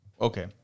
Okay